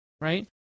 Right